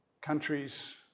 countries